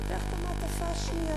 ופותח את המעטפה השנייה.